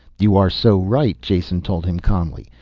you are so right, jason told him calmly.